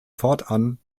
fortan